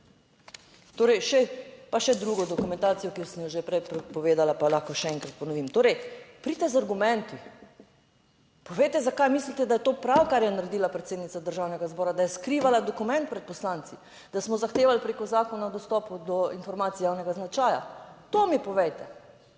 Torej še, pa še drugo dokumentacijo, ki sem jo že prej povedala, pa lahko še enkrat ponovim. Torej, pridite z argumenti, povejte, zakaj mislite, da je to prav, kar je naredila predsednica Državnega zbora, da je skrivala dokument pred poslanci, da smo zahtevali preko Zakona o dostopu do informacij javnega značaja, to mi povejte.